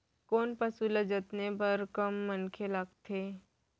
कोन पसु ल जतने बर कम मनखे लागथे?